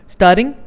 Starring